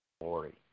glory